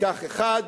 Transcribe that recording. ייקח אחד,